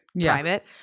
private